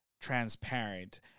transparent